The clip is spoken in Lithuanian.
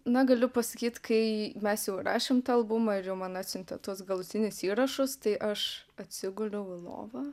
na galiu pasakyt kai mes jau įrašėm tą albumą ir jau man atsiuntė tuos galutinius įrašus tai aš atsiguliau į lovą